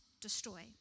destroy